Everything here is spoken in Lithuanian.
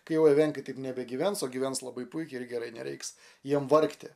kai jau evenkai taip nebegyvens o gyvens labai puikiai ir gerai nereiks jiem vargti